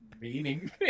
meaning